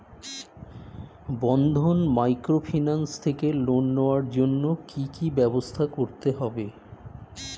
বন্ধন microfinance থেকে loan নেওয়ার জন্য কি কি ব্যবস্থা করতে হবে?